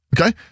Okay